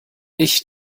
ich